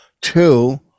two